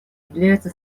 является